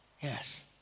Yes